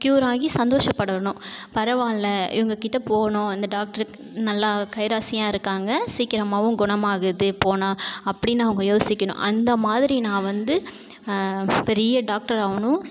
cure ஆகி சந்தோஷப்படணும் பரவாயில்ல இவங்ககிட்ட போனோம் இந்த டாக்டர் நல்லா கைராசியாக இருக்காங்க சீக்கிரமாகவும் குணமாகுது போனால் அப்படின்னு அவங்க யோசிக்கணும் அந்தமாதிரி நான் வந்து பெரிய டாக்டர் ஆகணும்